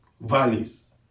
valleys